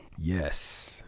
yes